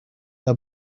how